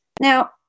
now